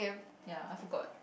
ya I forgot